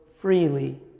freely